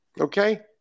Okay